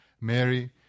Mary